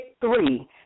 three